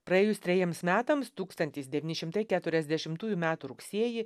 praėjus trejiems metams tūkstantis devyni šimtai keturiasdešimtųjų metų rugsėjį